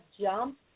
jump